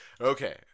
Okay